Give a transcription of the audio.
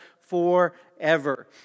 forever